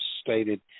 stated